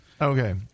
Okay